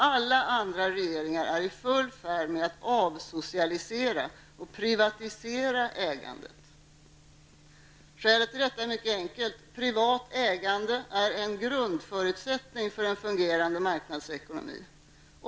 Alla andra regeringar är i full färd med att avsocialisera och privatisera ägandet. Skälet till detta är mycket enkelt. Privat ägande är en grundförutsättning för en fungerande marknadsekonomi.